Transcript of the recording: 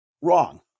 wrong